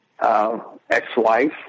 ex-wife